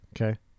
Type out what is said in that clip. Okay